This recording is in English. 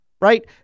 right